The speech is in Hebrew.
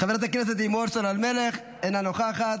חברת הכנסת לימור סון הר מלך, אינה נוכחת.